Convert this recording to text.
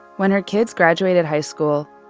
when her kids graduated high school,